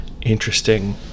interesting